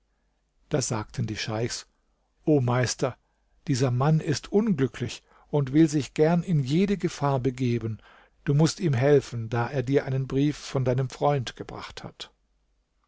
da sagten die scheichs o meister dieser mann ist unglücklich und will sich gern in jede gefahr begeben du mußt ihm helfen da er dir einen brief von deinem freund gebracht hat